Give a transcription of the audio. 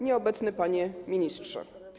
Nieobecny Panie Ministrze!